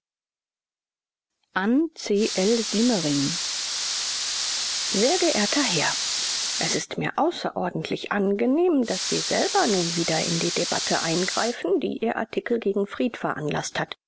an c l siemering sehr geehrter herr es ist mir außerordentlich angenehm daß sie selber nun wieder in die debatte eingreifen die ihr artikel gegen fried veranlaßt hat